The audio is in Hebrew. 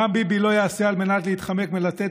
מה ביבי לא יעשה על מנת להתחמק מלתת